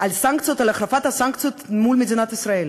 על סנקציות, על החרפת הסנקציות מול מדינת ישראל?